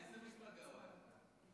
באיזו מפלגה הוא היה?